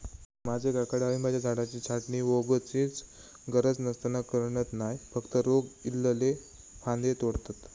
माझे काका डाळिंबाच्या झाडाची छाटणी वोगीचच गरज नसताना करणत नाय, फक्त रोग इल्लले फांदये तोडतत